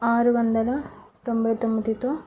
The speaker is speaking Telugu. ఆరు వందల తొంభై తొమ్మిదితో